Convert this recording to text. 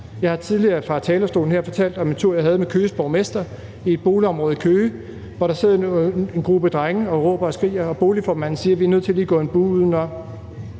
Jeg har tidligere fra talerstolen her fortalt om en tur, jeg havde med Køges borgmester, i et boligområde i Køge, hvor der sidder en gruppe drenge og råber og skriger, og boligformanden siger: Vi er nødt til lige at gå en bue udenom,